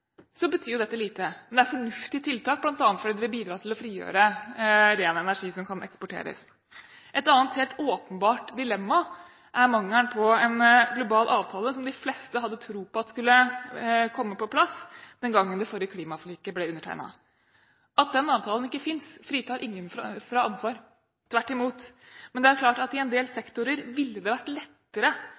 betyr jo dette lite. Det er fornuftige tiltak bl.a. fordi det vil bidra til å frigjøre ren energi som kan eksporteres. Et annet helt åpenbart dilemma er mangelen på en global avtale som de fleste hadde tro på at skulle komme på plass den gangen det forrige klimaforliket ble undertegnet. At den avtalen ikke finnes, fritar ingen fra ansvar – tvert imot. Men det er klart at i en del sektorer ville det vært lettere